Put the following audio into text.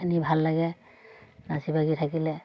ভাল লাগে নাচি বাগি থাকিলে